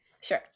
Sure